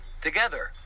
together